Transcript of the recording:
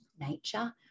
nature